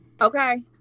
okay